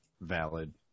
valid